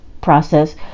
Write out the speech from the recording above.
process